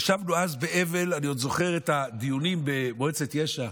אני עוד זוכר את הדיונים במועצת יש"ע.